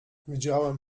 widziałam